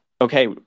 okay